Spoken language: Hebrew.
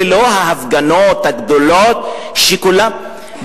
אלה לא ההפגנות הגדולות שכולם,